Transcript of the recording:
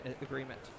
agreement